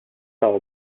são